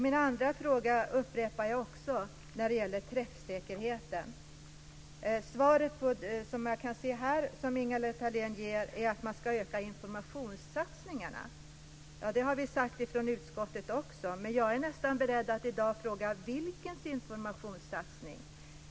Min andra fråga upprepar jag också, när det gäller träffsäkerheten. Svaret som jag kan se här, som Ingela Thalén ger, är att man ska öka informationssatsningarna. Ja, det har vi sagt från utskottet också, men jag är nästan beredd att i dag fråga: Vilken informationssatsning?